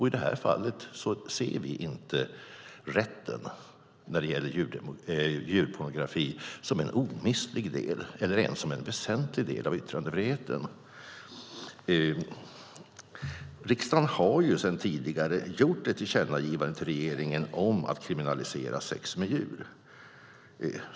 I det här fallet ser vi inte rätten när det gäller djurpornografi som en omistlig del eller ens som en väsentlig del av yttrandefriheten. Riksdagen har sedan tidigare gjort ett tillkännagivande till regeringen om att kriminalisera sex med djur.